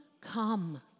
come